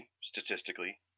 statistically